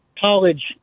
college